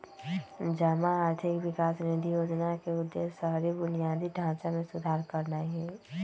जमा आर्थिक विकास निधि जोजना के उद्देश्य शहरी बुनियादी ढचा में सुधार करनाइ हइ